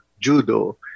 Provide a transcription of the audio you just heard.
judo